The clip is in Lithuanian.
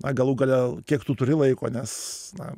na galų gale kiek tu turi laiko nes na